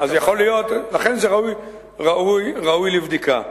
לכן, זה ראוי לבדיקה.